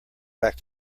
back